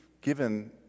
given